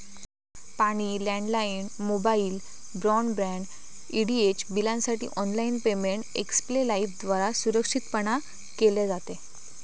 पाणी, landline, mobile, broadband, DTH बिलांसाठी online payment Xpay लाइफद्वारा सुरक्षितपणान केले जाते